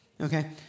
Okay